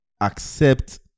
accept